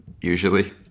usually